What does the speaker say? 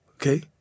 Okay